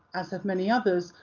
as have many others,